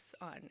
on